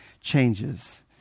changes